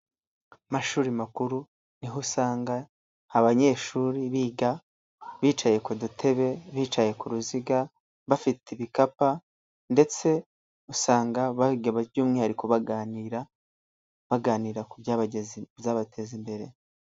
Mu mashuri makuru ni ho usanga abanyeshuri biga, bicaye ku dutebe, bicaye ku ruziga, bafite ibikapa ndetse usanga by'umwihariko baganira, baganira ku byabateza imbere.